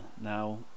Now